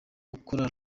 ukora